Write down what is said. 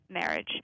marriage